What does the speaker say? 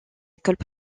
écoles